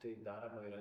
tai daroma yra